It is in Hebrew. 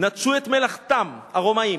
"נטשו את מלאכתם", הרומאים,